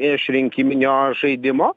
iš rinkiminio žaidimo